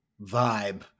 vibe